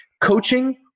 coaching